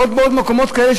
ובעוד מקומות כאלה,